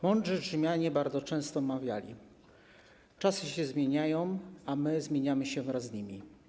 Mądrzy Rzymianie bardzo często mawiali: czasy się zmieniają, a my zmieniamy się wraz z nimi.